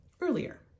earlier